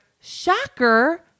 Shocker